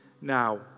now